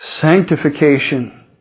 sanctification